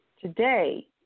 Today